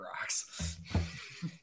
rocks